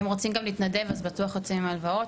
ואם רוצים להתנדב אז בטוח יוצאים עם הלוואות.